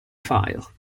file